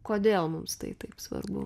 kodėl mums tai taip svarbu